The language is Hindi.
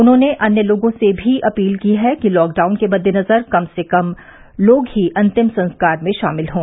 उन्होंने अन्य लोगों से भी अपील की है कि लॉकडाउन के मद्देनजर कम से कम लोग ही अन्तिम संस्कार में शामिल हों